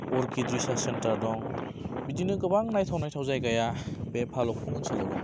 orchid resource centre दं बिदिनो गोबां नायथाव नायथाव जायगाया बे फालगफुं ओनसोलाव दं